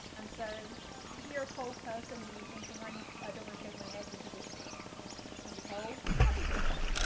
and so if you're a cold person and you're thinking, i mean i don't wanna shave my head because it's it's gonna be cold, i think you'll be fine.